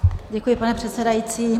Děkuji, pane předsedající.